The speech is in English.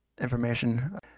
information